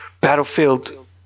Battlefield